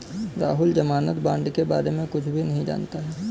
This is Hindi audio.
राहुल ज़मानत बॉण्ड के बारे में कुछ भी नहीं जानता है